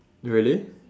really